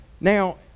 Now